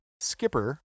Skipper